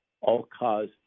all-cause